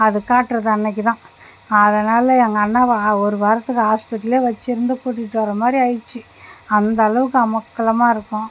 அது காட்டுறது அன்றைக்கி தான் அதனால் எங்க அண்ணாவை அ ஒரு வாரத்துக்கு ஹாஸ்பிட்டலே வெச்சுருந்து கூட்டிகிட்டு வர மாதிரி ஆயிட்ச்சு அந்த அளவுக்கு அமர்க்களமாக இருக்கும்